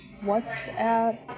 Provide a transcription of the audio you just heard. WhatsApp